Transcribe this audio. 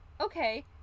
okay